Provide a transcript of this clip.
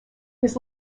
his